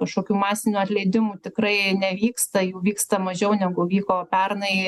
kažkokių masinių atleidimų tikrai nevyksta jų vyksta mažiau negu vyko pernai